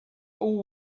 all